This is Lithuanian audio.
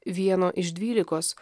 vieno iš dvylikos